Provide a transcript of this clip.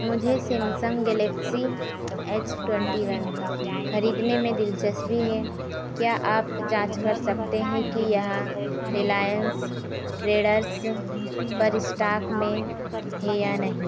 मुझे Samsung Galaxy H twenty one खरीदने में दिलचस्पी है क्या आप जाँच कर सकते हैं कि यह रिलायन्स ट्रेडर्स पर इस्टॉक में है या नहीं